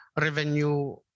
revenue